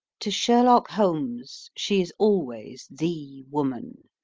to sherlock holmes she is always the woman.